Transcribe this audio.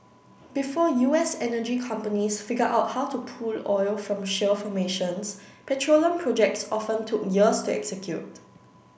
before U S energy companies figured out how to pull oil from shale formations petroleum projects often took years to execute